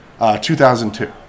2002